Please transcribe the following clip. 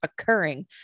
occurring